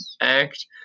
act